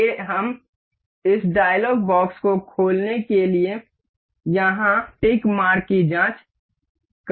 फिर हम इस डायलॉग बॉक्स को खोलने के लिए यहां टिक मार्क की जांच कर सकते हैं